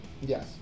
Yes